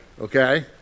okay